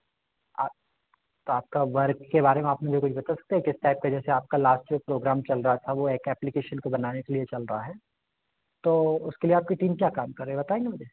तो आपका वर्क के बारे में आप मुझे कुछ बता सकते हैं किस टाइप का जैसे आपका लास्ट इयर प्रोग्राम चल रहा था वह एक ऐप्लीकेशन को बनाने के लिए चल रहा है तो उसके लिए आपकी टीम क्या काम कर रही है बताएँगे मुझे